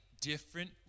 different